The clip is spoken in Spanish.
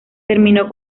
terminó